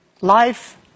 Life